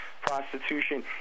prostitution